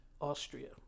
Austria